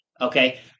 Okay